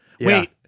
Wait